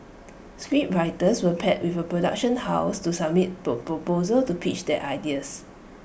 scriptwriters were paired with A production house to submit proposal to pitch their ideas